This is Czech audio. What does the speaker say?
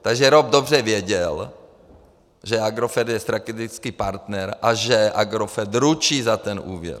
Takže ROP dobře věděl, že Agrofert je strategický partner a že Agrofert ručí za ten úvěr.